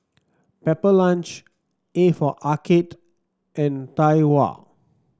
Pepper Lunch A for Arcade and Tai Hua